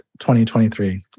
2023